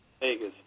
Vegas